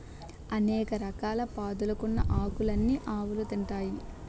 అనేక రకాల పాదులుకున్న ఆకులన్నీ ఆవులు తింటాయి